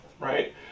Right